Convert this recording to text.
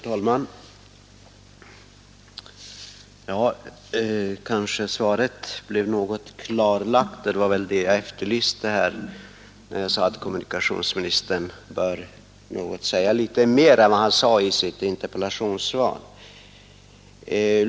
Herr talman! Kanske svaret blev något klarlagt, och det var det jag efterlyste när jag sade att kommunikationsministern bör säga litet mer än vad som framgick av interpellationssvaret.